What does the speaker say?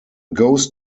ghost